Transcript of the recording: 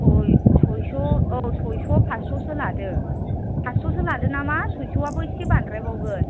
सय सयस' औ सयस' फास्स'सो लादो फासस'सो लादो नामा सयस'याबो एसे बांद्रायबावगोन